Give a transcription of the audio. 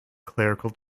clerical